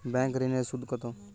Bank ঋন এর সুদ কত?